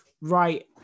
Right